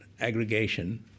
aggregation